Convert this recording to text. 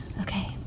okay